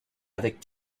avec